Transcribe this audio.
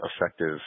effective